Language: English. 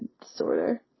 disorder